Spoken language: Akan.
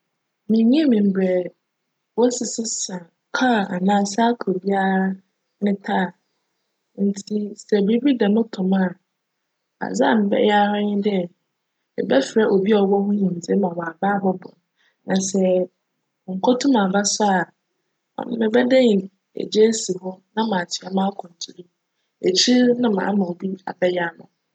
Minnyim mbrj wosi sesa kaar anaa ''cycle'' biara ne ''tyre'', ntsi sj biribi djm to me a, adze a mebjyj ara nye dj, mebjfrj obi a cwc ho nyimdzee ma wcaba abc boa me. Na sj onnkotum aba so a, mebjdan egya esi hc na m'atoa m'akwantu do, ekyir no nna ma ma obi abjyj ama me.